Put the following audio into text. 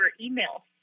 email